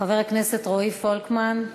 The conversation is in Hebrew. חבר הכנסת רועי פולקמן.